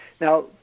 Now